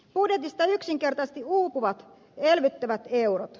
budjetista yksinkertaisesti uupuvat elvyttävät eurot